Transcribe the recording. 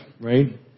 right